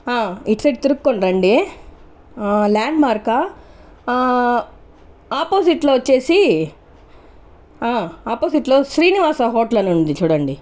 ఇటు సైడ్ తిరుక్కొని రండి ల్యాండ్ మార్క్ ఆపోజిట్ లో వచ్చేసి ఆపోజిట్ లో శ్రీనివాస హోటల్ అని ఉంది చూడండి